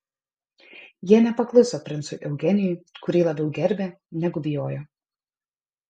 jie nepakluso princui eugenijui kurį labiau gerbė negu bijojo